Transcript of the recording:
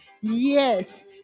Yes